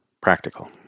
practical